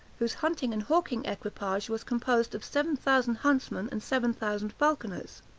whose hunting and hawking equipage was composed of seven thousand huntsmen and seven thousand falconers.